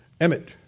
Emmet